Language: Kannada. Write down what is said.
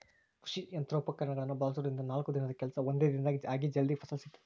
ಕೃಷಿ ಯಂತ್ರೋಪಕರಣಗಳನ್ನ ಬಳಸೋದ್ರಿಂದ ನಾಲ್ಕು ದಿನದ ಕೆಲ್ಸ ಒಂದೇ ದಿನದಾಗ ಆಗಿ ಜಲ್ದಿ ಫಲ ಸಿಗುತ್ತೆ